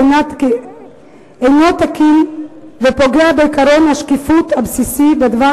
אינו תקין ופוגע בעקרון השקיפות הבסיסי בדבר